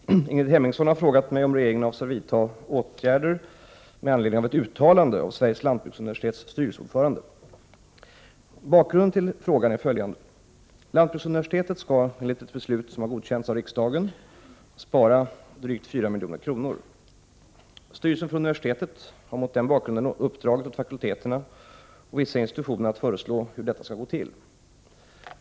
Herr talman! Ingrid Hemmingsson har frågat mig om regeringen avser att vidta några åtgärder med anledning av ett uttalande av Sveriges lanbruksuniversitets styrelseordförande. Bakgrunden till Ingrid Hemmingssons fråga är följande. Lantbruksuniversitetet skall enligt ett beslut som har godkänts av riksdagen spara drygt 4 milj.kr. Styrelsen för universitetet har mot den bakgrunden uppdragit åt fakulteterna och vissa institutioner att föreslå hur detta skall gå till.